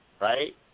right